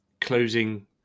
closing